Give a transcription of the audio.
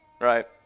right